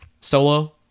solo